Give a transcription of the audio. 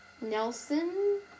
Nelson